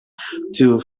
find